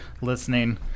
listening